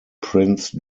prince